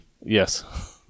Yes